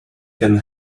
can